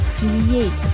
create